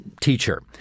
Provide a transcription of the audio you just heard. teacher